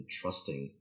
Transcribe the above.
trusting